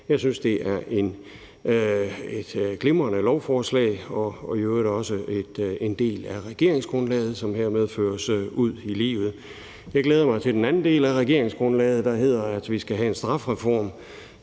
Jeg synes, det er et glimrende lovforslag, og det er i øvrigt også en del af regeringsgrundlaget, som hermed føres ud i livet. Jeg glæder mig til den anden del af regeringsgrundlaget, der hedder, at vi skal have en strafreform